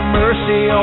mercy